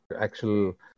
actual